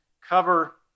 cover